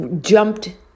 jumped